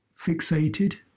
fixated